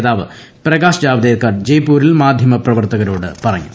നേതാവ് പ്രകാശ് ജാവ്ദേക്കർ ജയ്പൂരിൽ മാധ്യമ പ്രവർത്തകരോട് പറഞ്ഞു